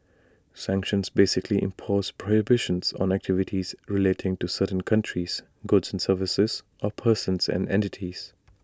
sanctions basically impose prohibitions on activities relating to certain countries goods and services or persons and entities